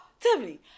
Tiffany